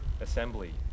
assembly